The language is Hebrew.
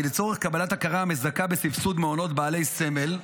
לצורך קבלת הכרה המזכה בסבסוד מעונות בעלי סמל,